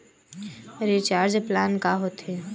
Recharge plan का होथे?